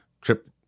trip